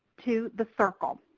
to the circle.